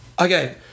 Okay